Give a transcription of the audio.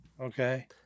Okay